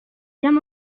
bien